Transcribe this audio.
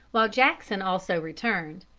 while jackson also returned.